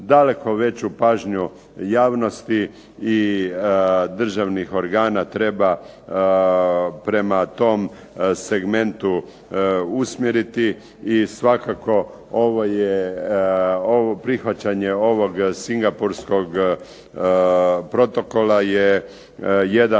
Daleko veću pažnju javnosti i državnih organa treba prema tom segmentu usmjeriti, i svakako ovo je, ovo prihvaćanje ovog singapurskog protokola je jedan